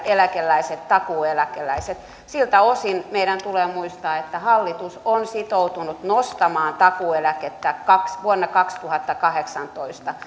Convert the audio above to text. eläkeläiset takuueläkeläiset siltä osin meidän tulee muistaa että hallitus on sitoutunut nostamaan takuueläkettä vuonna kaksituhattakahdeksantoista